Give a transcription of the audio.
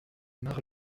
mare